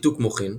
שיתוק מוחין,